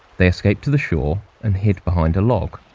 they escaped to the shore and hid behind a log.